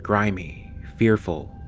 grimy, fearful,